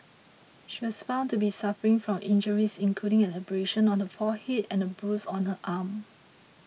she was found to be suffering from injuries including an abrasion on her forehead and a bruise on her arm